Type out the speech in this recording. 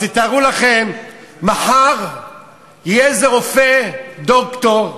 אז תתארו לכם שמחר יהיה איזה רופא, דוקטור,